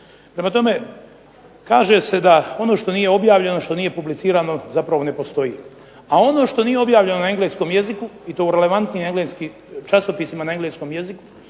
Prema tome, kaže se ono što nije objavljeno, što nije publicirano zapravo ne postoji, a ono što nije objavljeno na engleskom jeziku i to u relevantnim časopisima na engleskom jeziku